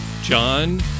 John